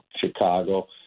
Chicago